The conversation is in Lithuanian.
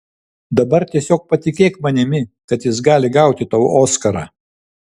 dabar tiesiog patikėk manimi kad jis gali gauti tau oskarą